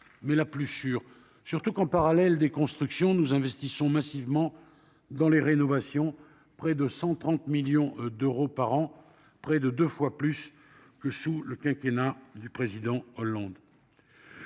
mais la plus sûre, d'autant que, en parallèle des constructions, nous investissons massivement dans les rénovations, pour un montant de près de 130 millions d'euros par an, soit près de deux fois plus que sous le quinquennat de François Hollande.